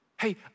Hey